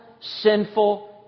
sinful